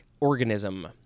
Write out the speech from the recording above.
organism